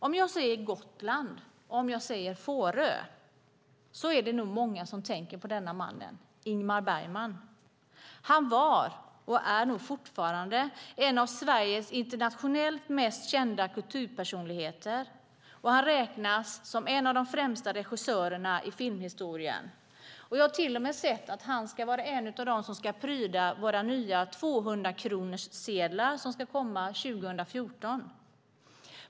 Om jag säger Gotland och Fårö är det nog många som tänker på en viss man, på Ingmar Bergman. Han var, och är nog fortfarande, en av Sveriges internationellt mest kända kulturpersonligheter och räknas som en av de främsta regissörerna i filmhistorien. Jag har sett att han till och med ska pryda våra nya 200-kronorssedlar som ska komma år 2014.